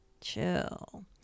chill